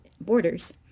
borders